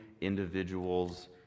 individuals